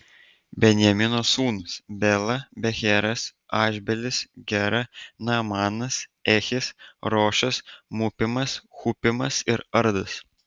benjamino sūnūs bela becheras ašbelis gera naamanas ehis rošas mupimas hupimas ir ardas